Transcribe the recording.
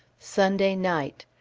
sunday night.